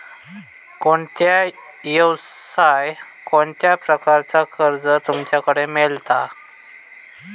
कोणत्या यवसाय कोणत्या प्रकारचा कर्ज तुमच्याकडे मेलता?